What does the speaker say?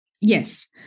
Yes